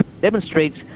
demonstrates